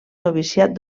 noviciat